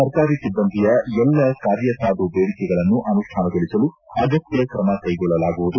ಸರ್ಕಾರಿ ಸಿಬ್ಲಂದಿಯ ಎಲ್ಲ ಕಾರ್ಯಸಾಧು ಬೇಡಿಕೆಗಳನ್ನು ಅನುಷ್ಠಾನಗೊಳಿಸಲು ಅಗತ್ಯ ಕ್ರಮಕ್ಟೆಗೊಳ್ಳಲಾಗುವುದು